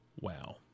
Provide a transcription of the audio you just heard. Wow